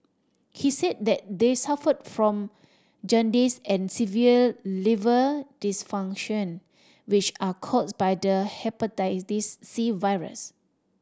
he said that they suffered from jaundice and severe liver dysfunction which are caused by the Hepatitis C virus